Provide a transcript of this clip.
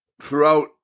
throughout